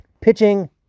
pitching